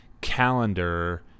calendar